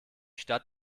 stadt